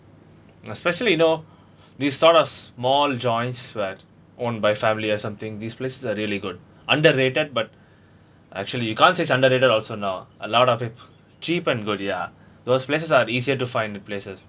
and especially you know they start a small joints where owned by family or something these places are really good underrated but actually you can't say it's underrated also now a lot of it cheap and good ya those places are easier to find the places